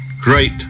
Great